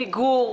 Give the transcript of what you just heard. ילדים עם פיגור,